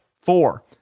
Four